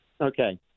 Okay